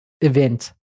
event